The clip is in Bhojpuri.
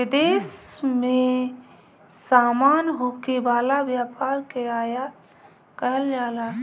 विदेश में सामान होखे वाला व्यापार के आयात कहल जाला